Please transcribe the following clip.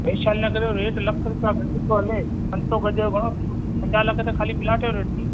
वैशाली नगर जो रेट लख रुपया गज थो हले पंज सौ गज जो घणो थी वियो पंजाह लख त खाली प्लाट जो रेट थी वियो